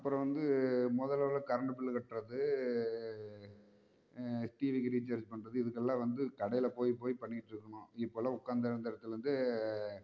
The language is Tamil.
அப்பறம் வந்து முதலலாம் கரெண்ட் பில் கட்டுறது டிவிக்கு ரீச்சார்ஜ் பண்ணுறது இதுக்குலாம் வந்து கடையில் போய் போய் பண்ணிட்டு இருக்கணும் இப்பெல்லாம் உட்காந்துருந்த இடத்துல இருந்தே